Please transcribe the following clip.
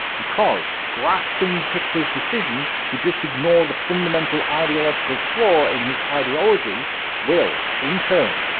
because grasping hitler's decision to just ignore the fundamental ideological flaw in his ideology will, in turn,